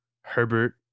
Herbert